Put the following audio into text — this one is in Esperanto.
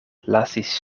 lasis